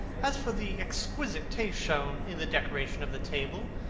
as for the exquisite taste shown in the decoration of the table,